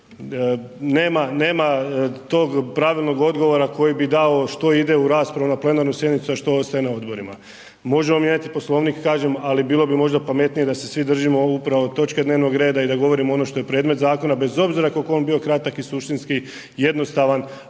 Nema tog pravilnog odgovora koji bi dao što ide u raspravu na plenarnu sjednicu a što ostaje na odborima. Možemo mijenjati Poslovnik kažem ali bilo bi možda pametnije da se svi držimo upravo točke dnevnog reda i da govorimo ono što je predmet zakona bez obzira koliko on bio kratak i suštinski, jednostavan